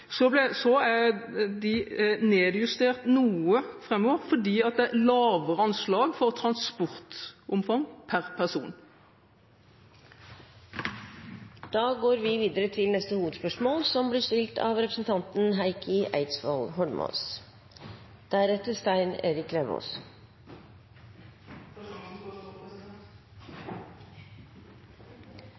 er nedjustert noe framover fordi det er lavere anslag for transportomfang per person. Vi går videre til neste hovedspørsmål.